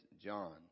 John